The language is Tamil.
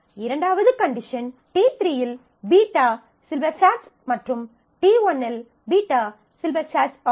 இரண்டாவது கண்டிஷன் t3 இல் β சில்பர்ஸ்காட்ஸ் மற்றும் t1 இல் β சில்பர்ஸ்காட்ஸ் ஆகும்